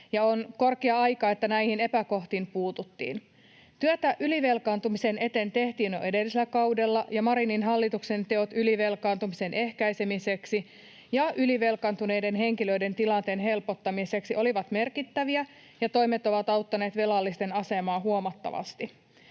ja oli korkea aika, että näihin epäkohtiin puututtiin. Työtä ylivelkaantumisen eteen tehtiin jo edellisellä kaudella. Marinin hallituksen teot ylivelkaantumisen ehkäisemiseksi ja ylivelkaantuneiden henkilöiden tilanteen helpottamiseksi olivat merkittäviä, ja toimet ovat auttaneet velallisten asemaa huomattavasti.